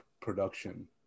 production